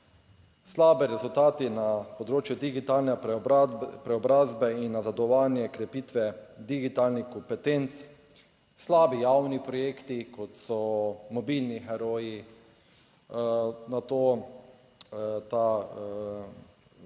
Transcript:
slabi rezultati na področju digitalne preobrazbe in nazadovanje krepitve digitalnih kompetenc, slabi javni projekti kot so mobilni heroji nato, ta Digi